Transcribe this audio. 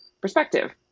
perspective